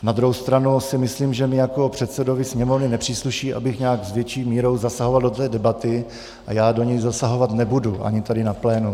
Na druhou stranu si myslím, že mně jako předsedovi Sněmovny nepřísluší, abych nějak s větší mírou zasahoval do té debaty, a já do ní zasahovat nebudu, ani tady na plénu.